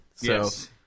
Yes